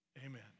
amen